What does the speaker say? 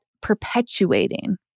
perpetuating